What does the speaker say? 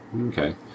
Okay